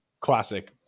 classic